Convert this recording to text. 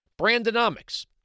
Brandonomics